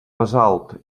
basalt